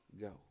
go